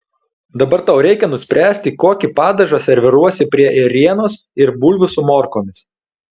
dabar tau reikia nuspręsti kokį padažą serviruosi prie ėrienos ir bulvių su morkomis